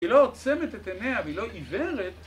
היא לא עוצמת את עיניה והיא לא עיוורת